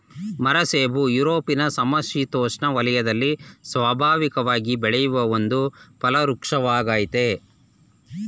ಮರಸೇಬು ಯುರೊಪಿನ ಸಮಶಿತೋಷ್ಣ ವಲಯದಲ್ಲಿ ಸ್ವಾಭಾವಿಕವಾಗಿ ಬೆಳೆಯುವ ಒಂದು ಫಲವೃಕ್ಷವಾಗಯ್ತೆ